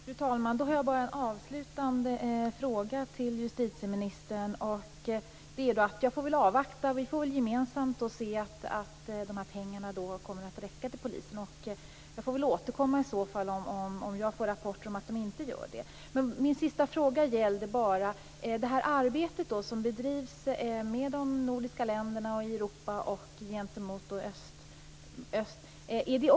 Fru talman! Jag har bara en avslutande fråga till justitieministern. Vi får väl gemensamt avvakta om de här pengarna kommer att räcka till polisen, och jag får väl återkomma om jag får rapporter om att de inte gör det. Min sista fråga gäller det arbete som bedrivs med de nordiska länderna och med övriga Europa inklusive östländerna.